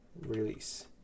release